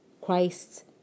Christ